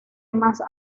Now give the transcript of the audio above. más